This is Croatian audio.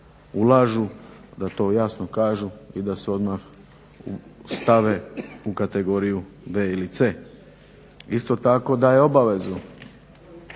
ulažu da to jasno kažu i da se odmah stave u kategoriju b ili c. isto tako daje obavezu